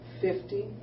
fifty